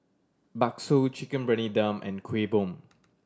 bakso Chicken Briyani Dum and Kuih Bom